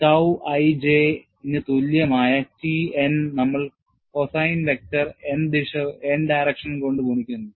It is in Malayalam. tau i j ന് തുല്യമായ T n നമ്മൾ കോസൈൻ വെക്റ്റർ n ദിശ കൊണ്ട് ഗുണിക്കുന്നു